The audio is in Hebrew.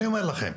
אני אומר לכם,